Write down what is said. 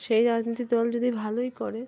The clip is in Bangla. সেই রাজনীতিক দল যদি ভালোই করে